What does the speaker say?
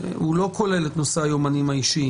הוא לא כולל את נושא היומנים האישיים.